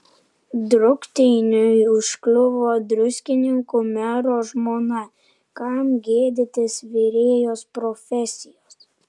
drukteiniui užkliuvo druskininkų mero žmona kam gėdytis virėjos profesijos